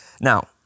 Now